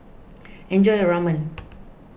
enjoy your Ramen